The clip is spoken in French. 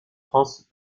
france